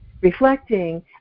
reflecting